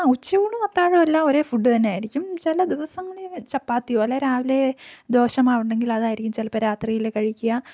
ആ ഉച്ചയൂണും അത്താഴവും എല്ലാം ഒരേ ഫുഡ് തന്നെ ആയിരിക്കും ചില ദിവസങ്ങളിൽ ചപ്പാത്തിയോ അല്ലെ രാവിലെ ദോശ മാവുണ്ടെങ്കിൽ അതായിരിക്കും ചിലപ്പോൾ രാത്രിയിൽ കഴിക്കുക